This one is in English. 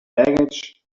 baggage